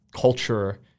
culture